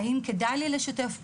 האם כדאי לי לשתף פעולה,